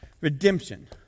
redemption